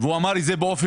והוא אמר את זה ברורות.